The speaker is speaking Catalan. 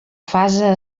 fase